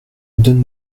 donne